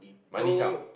money come